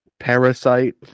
parasite